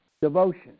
devotion